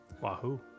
Wahoo